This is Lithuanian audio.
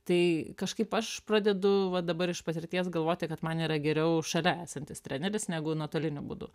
tai kažkaip aš pradedu va dabar iš patirties galvoti kad man yra geriau šalia esantis treneris negu nuotoliniu būdu